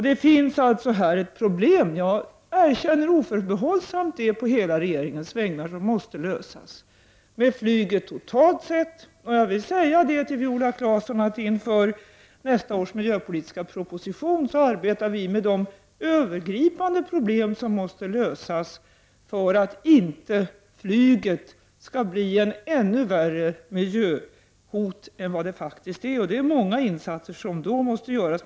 Det finns alltså här problem — jag erkänner det oförbehållsamt på hela regeringens vägnar — som måste lösas när det gäller flyget totalt sett. Till Viola Claesson vill jag säga att inför nästa års miljöpolitiska proposition arbetar vi med de övergripande problem som måste lösas för att inte flyget skall bli ett ännu värre miljöhot än vad det faktiskt är. Det är många insatser som då måste göras.